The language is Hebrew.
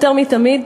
יותר מתמיד,